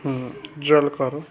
হুম জলকর